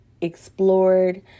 explored